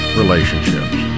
relationships